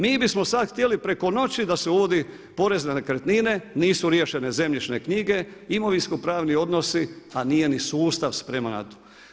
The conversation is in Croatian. Mi bismo sada htjeli preko noći da se uvodi porez na nekretnine, nisu riješene zemljišne knjige, imovinsko pravni odnosi a nije ni sustav spreman na to.